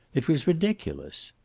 it was ridiculous.